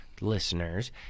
listeners